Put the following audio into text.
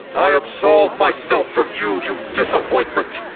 i absolve myself from you, you disappointment!